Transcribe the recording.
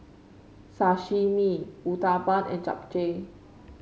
Sashimi Uthapam and Japchae